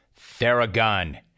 Theragun